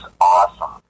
awesome